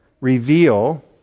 reveal